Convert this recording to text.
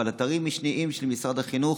אבל באתרים משניים של משרד החינוך